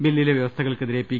ബില്ലിലെ വൃവസ്ഥകൾക്കെതിരെ പ്പി